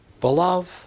Beloved